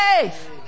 faith